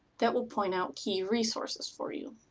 that will point out key resources for you.